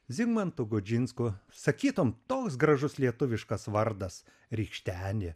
zigmantu gudžinsku sakytum toks gražus lietuviškas vardas rykštenė